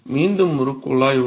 மீண்டும் ஒரு குழாய் உள்ளது